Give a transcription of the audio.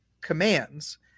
commands